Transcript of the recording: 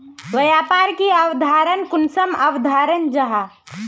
व्यापार की अवधारण कुंसम अवधारण जाहा?